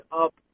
up